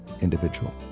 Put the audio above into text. individual